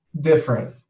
different